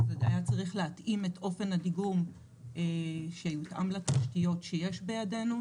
היה צריך להתאים את אופן הדיגום שיותאם לתשתיות שיש בידינו,